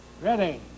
Ready